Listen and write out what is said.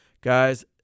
Guys